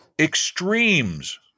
Extremes